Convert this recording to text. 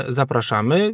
zapraszamy